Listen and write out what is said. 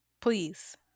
Please